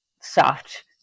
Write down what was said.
soft